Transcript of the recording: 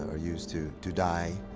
ah used to to dye.